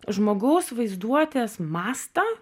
žmogaus vaizduotės mastą